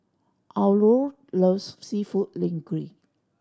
Aurore loves Seafood Linguine